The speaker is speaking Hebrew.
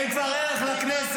אין כבר ערך לכנסת.